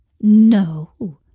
No